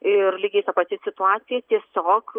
ir lygiai ta pati situacija tiesiog